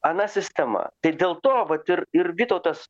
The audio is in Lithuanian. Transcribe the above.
ana sistema tai dėl to vat ir ir vytautas